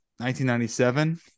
1997